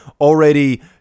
already